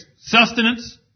sustenance